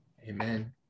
Amen